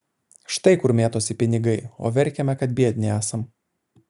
štai kur mėtosi pinigai o verkiame kad biedni esam